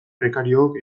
prekariook